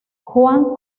juan